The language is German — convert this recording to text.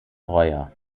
breuer